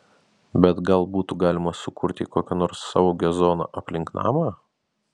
bet gal būtų galima sukurti kokią nors saugią zoną aplink namą